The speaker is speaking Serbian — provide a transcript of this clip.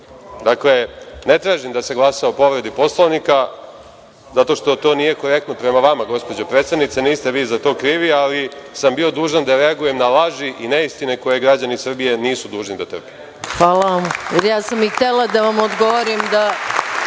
Ne tražim da se glasa o povredi Poslovnika zato što to nije korektno prema vama, gospođo predsednice, niste vi za to krivi, ali sam bio dužan da reagujem na laži i neistine koje građani Srbije nisu dužni da trpe. **Maja Gojković** Hvala vam. Ja sam i htela da vam odgovorim da